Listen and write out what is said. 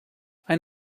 ein